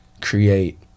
create